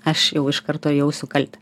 aš jau iš karto jausiu kaltę